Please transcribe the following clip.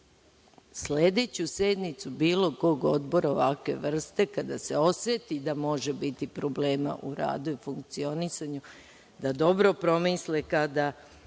sledeću sednicu bilo kog odbora ovakve vrste kada se oseti da može biti problema u radu i funkcionisanju da dobro promisle kada